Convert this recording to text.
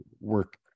work